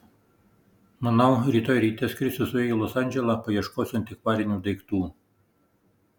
manau rytoj ryte skrisiu su juo į los andželą paieškosiu antikvarinių daiktų